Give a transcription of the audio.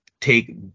take